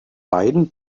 beiden